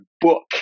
book